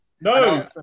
No